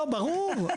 ברור.